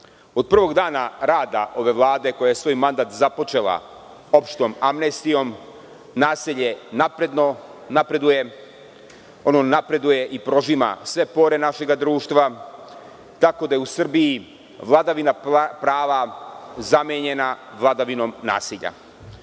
Od prvog dana rada ove Vlade koji je svoj mandat započela opštom amnestijom, nasilje napreduje. Ono napreduje i prožima sve pore našeg društva, tako da je u Srbiji vladavina prava zamenjena vladavinom